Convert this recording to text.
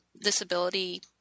disability